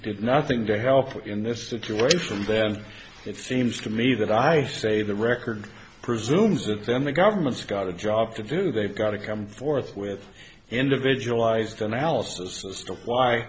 did nothing to help in this situation from then it seems to me that i say the record presumes that then the government's got a job to do they've got to come forth with individual eyes to analysis as to why